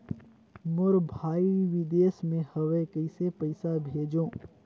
मोर भाई विदेश मे हवे कइसे पईसा भेजो?